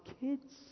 kids